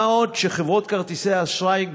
מה עוד שחברות כרטיסי האשראי,